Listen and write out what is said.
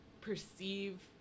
perceive